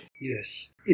Yes